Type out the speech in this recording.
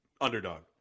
underdog